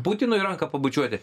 putinui ranką pabučiuoti